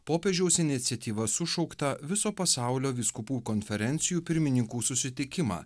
popiežiaus iniciatyva sušauktą viso pasaulio vyskupų konferencijų pirmininkų susitikimą